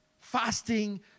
Fasting